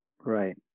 Right